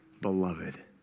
beloved